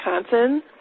Wisconsin